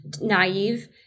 naive